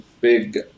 big